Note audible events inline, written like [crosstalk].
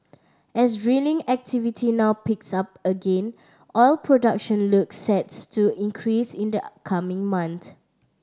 as drilling activity now picks up again oil production looks sets to increase in the coming [unintelligible]